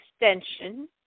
extension